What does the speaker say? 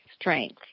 strength